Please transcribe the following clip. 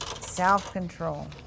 Self-control